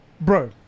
Bro